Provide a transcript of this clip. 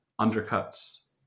undercuts